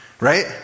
Right